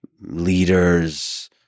leaders